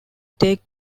take